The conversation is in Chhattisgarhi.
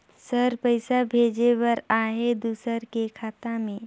सर पइसा भेजे बर आहाय दुसर के खाता मे?